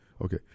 Okay